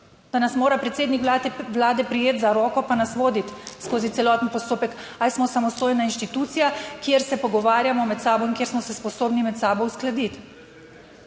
da nas mora predsednik vlade prijeti za roko pa nas voditi skozi celoten postopek, ali smo samostojna institucija, kjer se pogovarjamo med sabo in kjer smo se sposobni med sabo uskladiti.